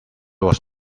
was